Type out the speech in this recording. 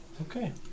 Okay